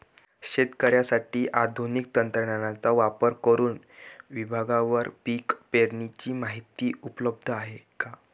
शेतकऱ्यांसाठी आधुनिक तंत्रज्ञानाचा वापर करुन विभागवार पीक पेरणीची माहिती उपलब्ध आहे का?